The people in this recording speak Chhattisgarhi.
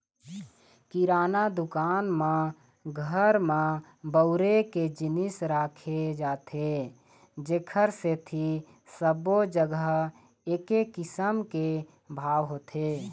किराना दुकान म घर म बउरे के जिनिस राखे जाथे जेखर सेती सब्बो जघा एके किसम के भाव होथे